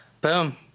boom